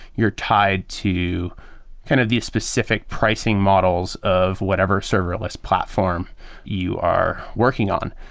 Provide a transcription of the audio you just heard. you're tied to kind of the specific pricing models of whatever serverless platform you are working on.